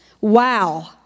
Wow